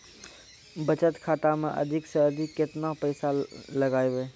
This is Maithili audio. बचत खाता मे अधिक से अधिक केतना पैसा लगाय ब?